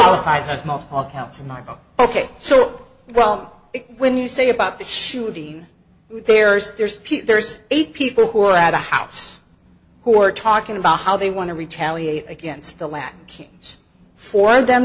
oh ok so well when you say about the shooting there's there's there's eight people who are at the house who are talking about how they want to retaliate against the land king's for them